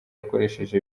akoresheje